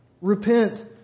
Repent